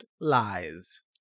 lies